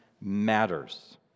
matters